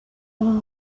این